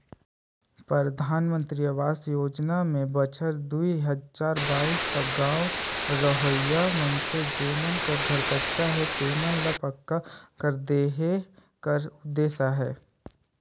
परधानमंतरी अवास योजना में बछर दुई हजार बाइस तक गाँव रहोइया मइनसे जेमन कर घर कच्चा हे तेमन ल पक्का घर देहे कर उदेस अहे